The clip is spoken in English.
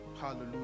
Hallelujah